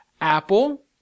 Apple